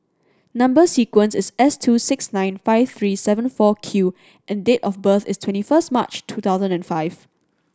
number sequence is S two six nine five three seven four Q and date of birth is twenty first March two thousand and five